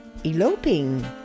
eloping